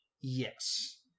Yes